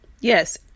yes